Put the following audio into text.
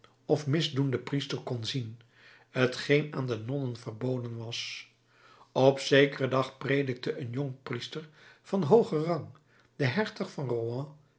of misdoenden priester kon zien t geen aan de nonnen verboden was op zekeren dag predikte een jong priester van hoogen rang de hertog van